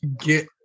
get